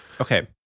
Okay